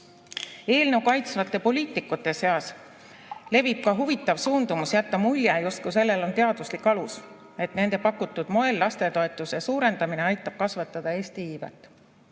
Eelnõu kaitsvate poliitikute seas levib ka huvitav suundumus jätta mulje, justkui sellel on teaduslik alus, et nende pakutud moel lastetoetuse suurendamine aitab kasvatada Eesti iivet."